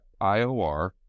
IOR